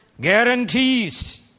guarantees